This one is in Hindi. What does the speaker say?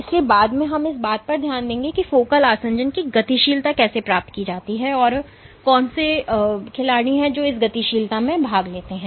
इसलिए बाद में हम इस बात पर ध्यान देंगे कि फोकल आसंजन की गतिशीलता कैसे प्राप्त की जाती है और वे कौन से खिलाड़ी हैं जो इस गतिशीलता में भाग लेते हैं